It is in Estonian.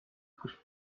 kus